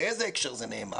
באיזה הקשר זה נאמר.